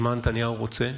אז מה נתניהו רוצה?